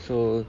so